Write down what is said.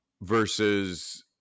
versus